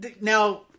now